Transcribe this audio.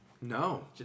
No